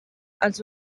els